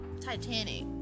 Titanic